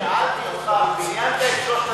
שאלתי אותך אם דמיינת את שלושת המצבים.